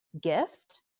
gift